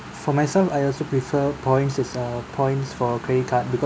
for myself I also prefer points is uh points for credit card because